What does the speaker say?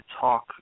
talk